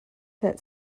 that